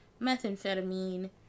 methamphetamine